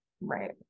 right